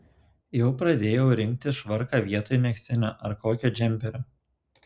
jau pradėjau rinktis švarką vietoj megztinio ar kokio džemperio